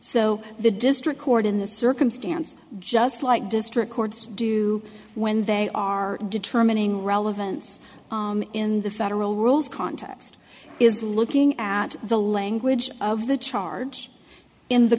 so the district court in this circumstance just like district courts do when they are determining relevance in the federal rules context is looking at the language of the charge in the